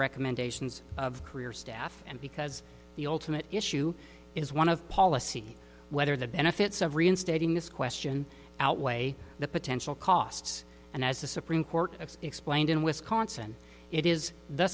recommendations of career staff and because the ultimate issue is one of policy whether the benefits of reinstating this question outweigh the potential costs and as the supreme court explained in wisconsin it is the